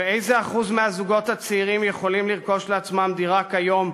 ואיזה אחוז מהזוגות הצעירים יכולים לרכוש לעצמם דירה כיום,